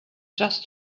just